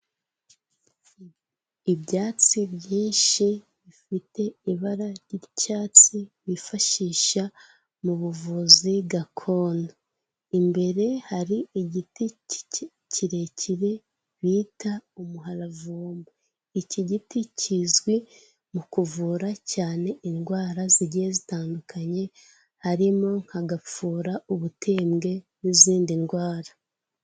Ibyatsi byinshi bifite ibara ry'icyatsi, bifashisha mu buvuzi gakondo. Imbere hari igiti kirekire bita umuharavumba. Iki giti kizwi mu kuvura cyane indwara zigiye zitandukanye harimo nka gapfura, ubutembwe n'izindi ndwara.